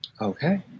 Okay